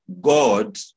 God